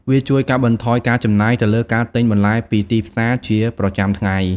វាជួយកាត់បន្ថយការចំណាយទៅលើការទិញបន្លែពីទីផ្សារជាប្រចាំថ្ងៃ។